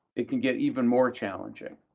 it can get even more challenging.